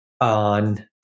on